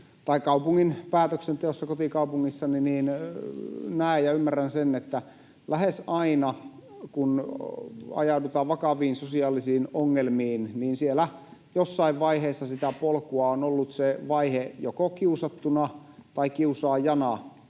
kaupungin päätöksenteossa kotikaupungissani, niin näen ja ymmärrän sen, että lähes aina, kun ajaudutaan vakaviin sosiaalisiin ongelmiin, jossain vaiheessa sitä polkua on ollut vaihe joko kiusattuna tai kiusaajana